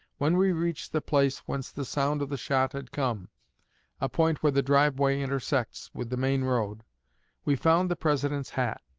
when we reached the place whence the sound of the shot had come a point where the driveway intersects, with the main road we found the president's hat.